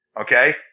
Okay